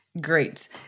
Great